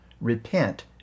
Repent